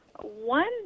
one